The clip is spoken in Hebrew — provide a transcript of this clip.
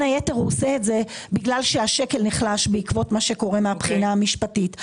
היתר הוא עושה זאת כי השקל נחלש בעקבות מה שקורה מהבחינה המשפטית.